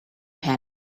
panic